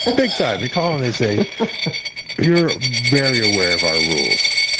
ah big time. they call and they say you're very aware of our rules.